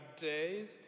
days